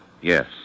Yes